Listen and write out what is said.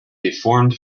deformed